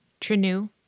Trinu